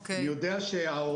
אני יודע שההורים,